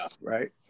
Right